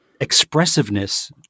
expressiveness